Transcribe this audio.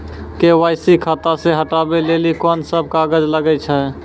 KYC खाता से हटाबै लेली कोंन सब कागज लगे छै?